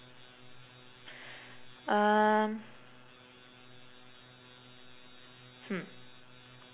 uh hmm